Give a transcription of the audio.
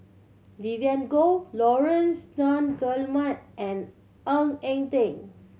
Vivien Goh Laurence Nunns Guillemard and Ng Eng Teng